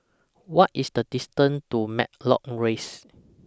What IS The distance to Matlock Rise